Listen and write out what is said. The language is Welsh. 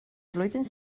flwyddyn